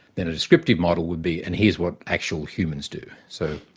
then a descriptive model would be, and here's what actual humans do. so,